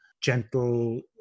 gentle